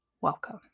Welcome